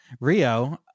Rio